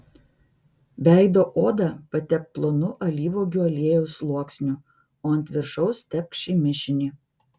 veido odą patepk plonu alyvuogių aliejaus sluoksniu o ant viršaus tepk šį mišinį